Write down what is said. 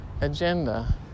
agenda